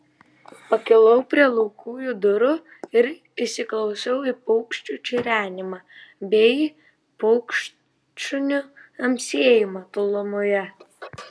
pakilau prie laukujų durų ir įsiklausiau į paukščių čirenimą bei paukštšunių amsėjimą tolumoje